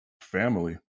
family